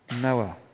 Noah